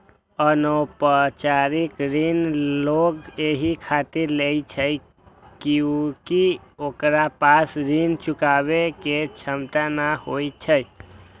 अनौपचारिक ऋण लोग एहि खातिर लै छै कियैकि ओकरा पास ऋण चुकाबै के क्षमता नै होइ छै